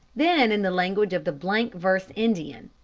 then in the language of the blank-verse indian.